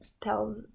tells